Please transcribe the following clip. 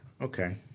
Okay